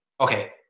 okay